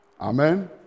Amen